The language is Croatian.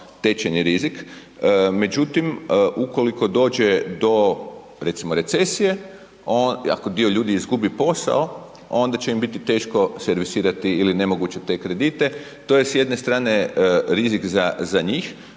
tečajni rizik, međutim ukoliko dođe do, recimo recesije, ako dio ljudi izgubi posao, ona će im biti teško servisirati ili nemoguće te kredite. To je s jedne strane rizik za njih,